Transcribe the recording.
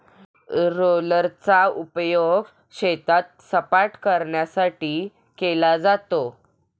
रोलरचा उपयोग शेताला सपाटकरण्यासाठी केला जातो